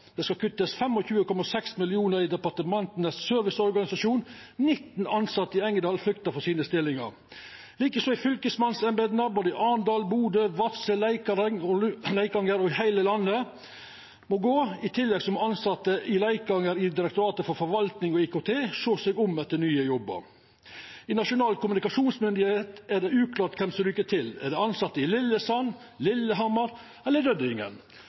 Det skal kuttast 25,6 mill. kr i departementas serviceorganisasjon, og 19 tilsette i Engerdal fryktar for stillingane sine. Det same gjeld fylkesmannsembeta: I både Arendal, Bodø, Vadsø, Leikanger og i heile landet må tilsette gå. I tillegg må tilsette i Direktoratet for forvaltning og IKT i Leikanger sjå seg om etter nye jobbar. I Nasjonal kommunikasjonsmyndigheit er det uklart kven som ryk ut. Er det tilsette i Lillesand, Lillehammer eller